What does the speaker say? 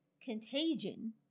contagion